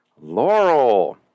Laurel